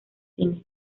cine